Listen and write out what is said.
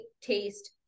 taste